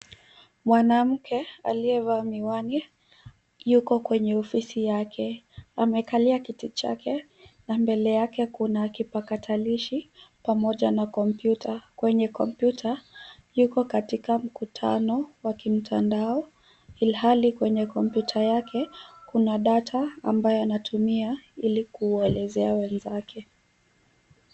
Mwanamke aliyevaa miwani yuko kwenye ofisi yake. Amekalia kiti chake, na mbele yake kuna kipakatalishi, pamoja na kompyuta. Kwenye kompyuta, yuko katika mkutano wa kimtandao, ilhali kwenye kompyuta yake, kuna data ambayo anatumia ili kuwaelezea wenzake.